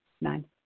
nine